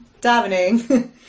Davening